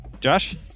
Josh